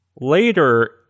Later